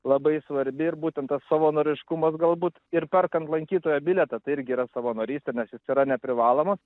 labai svarbi ir būtent tas savanoriškumas galbūt ir perkant lankytojo bilietą tai irgi yra savanorystė nes jis yra neprivalomas